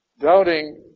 Doubting